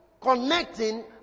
connecting